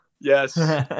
Yes